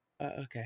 okay